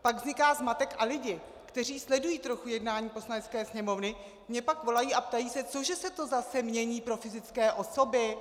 Pak vzniká zmatek a lidi, kteří sledují trochu jednání Poslanecké sněmovny, mně pak volají a ptají se, co že se to zase mění pro fyzické osoby.